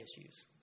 issues